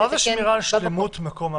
מה זה "שמירה על שלמות מקום העבודה"?